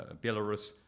Belarus